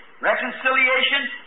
reconciliation